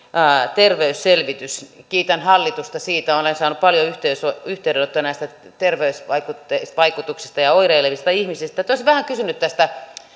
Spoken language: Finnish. terveysselvitys kiitän hallitusta siitä olen saanut paljon yhteydenottoja näistä terveysvaikutuksista ja oireilevista ihmisistä olisin vähän kysynyt tästä